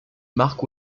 marc